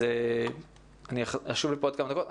אז אני אשוב לפה בעוד כמה דקות.